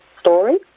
story